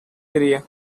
area